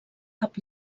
cap